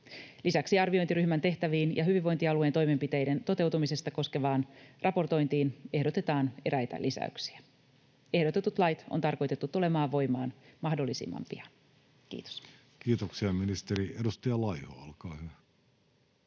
Lisäksi arviointiryhmän tehtäviin ja hyvinvointialueen toimenpiteiden toteutumista koskevaan raportointiin ehdotetaan eräitä lisäyksiä. Ehdotetut lait on tarkoitettu tulemaan voimaan mahdollisimman pian. — Kiitos. Kiitoksia, ministeri. — Edustaja Laiho, olkaa hyvä.